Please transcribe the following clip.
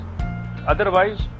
otherwise